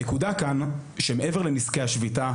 הנקודה כאן שמעבר לנזקי השביתה,